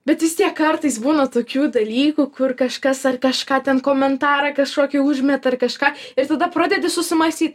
bet vis tiek kartais būna tokių dalykų kur kažkas ar kažką ten komentarą kažkokį užmeta ar kažką ir tada pradedi susimąstyt